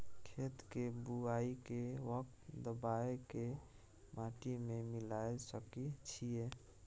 खेत के बुआई के वक्त दबाय के माटी में मिलाय सके छिये?